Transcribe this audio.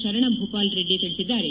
ಶರಣ ಭೂಪಾಲ್ ರೆಡ್ಡಿ ತಿಳಿಸಿದ್ದಾರೆ